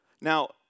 Now